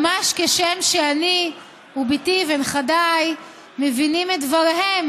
ממש כשם שאני ובתי ונכדיי מבינים את דבריהם